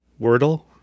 Wordle